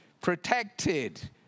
protected